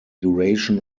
duration